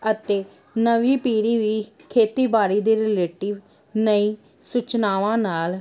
ਅਤੇ ਨਵੀਂ ਪੀੜ੍ਹੀ ਵੀ ਖੇਤੀਬਾੜੀ ਦੇ ਰਿਲੇਟਿਵ ਨਵੀਂ ਸੂਚਨਾਵਾਂ ਨਾਲ